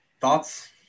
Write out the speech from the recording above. Thoughts